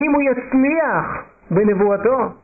אם הוא יצליח בנבואתו.